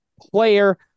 player